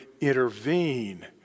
intervene